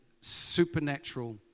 supernatural